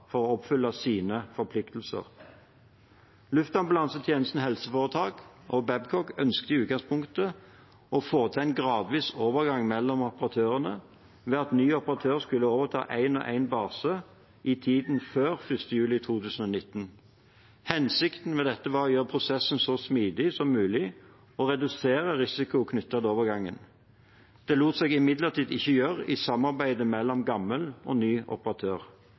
å oppfylle sine forpliktelser. Luftambulansetjenesten HF og Babcock ønsket i utgangspunktet å få til en gradvis overgang mellom operatørene, ved at ny operatør skulle overta én og én base i tiden før 1. juli 2019. Hensikten var å gjøre prosessen så smidig som mulig og å redusere risiko knyttet til overgangen. Dette lot seg imidlertid ikke gjøre i samarbeidet mellom gammel og ny operatør.